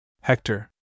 Hector